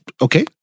Okay